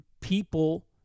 people